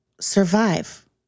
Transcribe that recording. survive